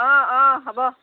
অঁ অঁ হ'ব